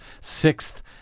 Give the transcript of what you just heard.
sixth